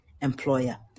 employer